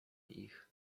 ich